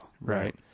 Right